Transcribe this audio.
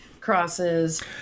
crosses